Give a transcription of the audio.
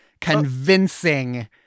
convincing